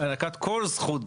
שהענקת כל זכות